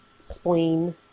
spleen